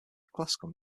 classical